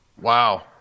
Wow